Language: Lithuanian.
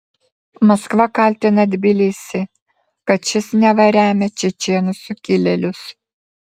maskva kaltina tbilisį kad šis neva remia čečėnų sukilėlius